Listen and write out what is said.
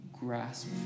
grasp